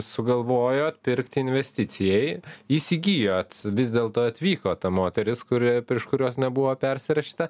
sugalvojot pirkt investicijai įsigijot vis dėlto atvyko ta moteris kuri prieš kuriuos nebuvo persirašyta